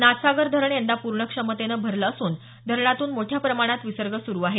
नाथसागर धरण यंदा पूर्ण क्षमतेनं भरलं असून धरणातून मोठ्या प्रमाणात विसर्ग सुरु आहे